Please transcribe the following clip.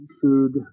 food